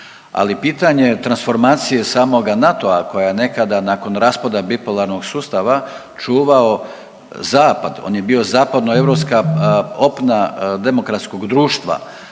Ali pitanje transformacije samoga NATO-a koja je nekada nakon raspada bipolarnog sustava čuvao zapad, on je bio zapadnoeuropska opna demokratskog društva,